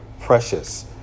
precious